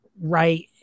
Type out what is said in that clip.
right